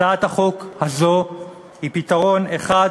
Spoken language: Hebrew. הצעת החוק הזאת היא פתרון אחד